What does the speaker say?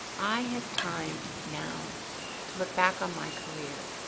i have time now to look back on my career,